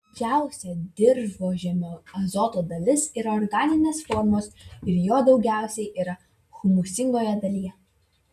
didžiausia dirvožemio azoto dalis yra organinės formos ir jo daugiausiai yra humusingoje dalyje